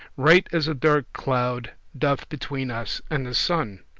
right as a dark cloud doth between us and the sun.